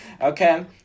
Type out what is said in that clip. Okay